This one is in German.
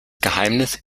geheimnis